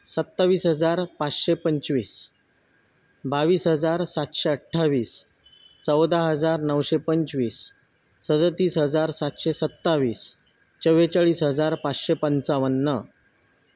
सत्तावीस हजार पाचशे पंचवीस बावीस हजार सातशे अठ्ठावीस चौदा हजार नऊशे पंचवीस सदतीस हजार सातशे सत्तावीस चव्वेचाळीस हजार पाचशे पंचावन्न